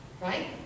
right